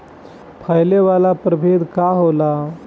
फैले वाला प्रभेद का होला?